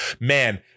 Man